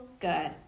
good